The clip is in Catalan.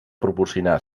proporcionar